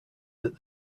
that